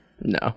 No